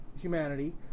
humanity